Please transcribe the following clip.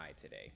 today